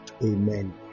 amen